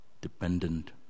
dependent